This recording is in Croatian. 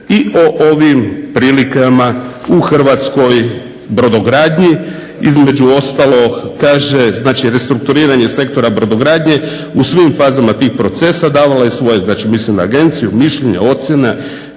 i o ovim prilikama u hrvatskoj brodogradnji, između ostalog kaže znači restrukturiranje sektora brodogradnje u svim fazama tih procesa davala je svoje, znači misli na Agenciju, mišljenje, ocjene,